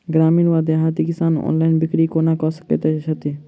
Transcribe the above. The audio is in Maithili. ग्रामीण वा देहाती किसान ऑनलाइन बिक्री कोना कऽ सकै छैथि?